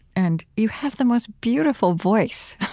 and you have the most beautiful voice.